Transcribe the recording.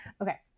Okay